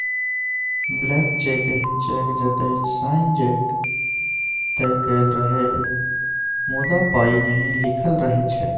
blank cheque एहन cheque जतय sign तए कएल रहय मुदा पाइ नहि लिखल रहै छै